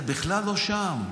זה בכלל לא שם.